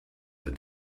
the